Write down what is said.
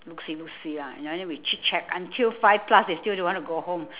look see look see lah ya then we chit chat until five plus they still don't want to go home